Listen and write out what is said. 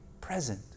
present